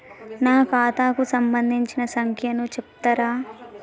నా ఖాతా కు సంబంధించిన సంఖ్య ను చెప్తరా?